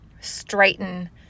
straighten